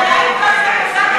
הפנמנו היטב.